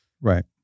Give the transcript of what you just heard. Right